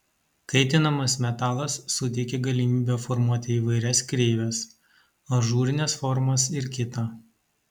kaitinamas metalas suteikia galimybę formuoti įvairias kreives ažūrines formas ir kita